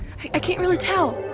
i can't really tell.